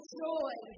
joy